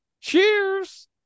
Cheers